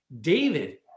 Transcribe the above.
David